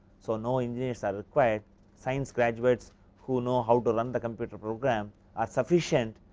so, no engineers are required science graduates who know how to run the computer program as sufficient,